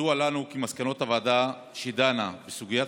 ידוע לנו כי מסקנות הוועדה שדנה בסוגיית